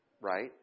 right